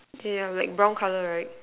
yeah like brown colour right